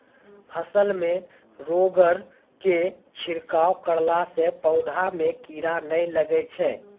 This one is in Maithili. फसल मे रोगऽर के छिड़काव करला से पौधा मे कीड़ा नैय लागै छै?